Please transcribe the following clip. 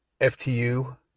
FTU